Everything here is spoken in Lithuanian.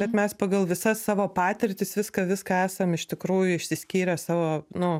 bet mes pagal visas savo patirtis viską viską esam iš tikrųjų išsiskyrę savo nu